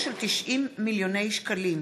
התשע"ז